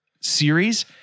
series